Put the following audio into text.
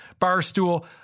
Barstool